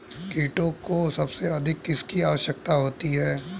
कीटों को सबसे अधिक किसकी आवश्यकता होती है?